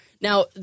Now